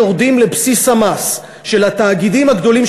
יורדים לבסיס המס של התאגידים הגדולים,